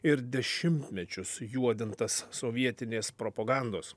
ir dešimtmečius juodintas sovietinės propagandos